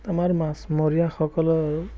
আমাৰ মাছমৰীয়াসকলৰ